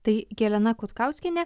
tai jelena kutkauskienė